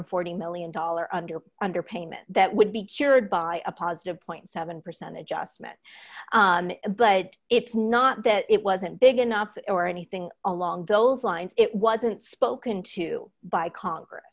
and forty million dollars under under payment that would be cured by a positive point seven percent adjustment but it's not that it wasn't big enough or anything along those lines it wasn't spoken to by congress